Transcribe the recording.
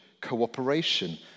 cooperation